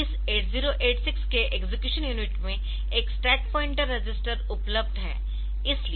तो इस 8086 के एक्सेक्यूशन यूनिट में एक स्टैक पॉइंटर रजिस्टर उपलब्ध है